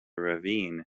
ravine